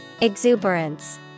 Exuberance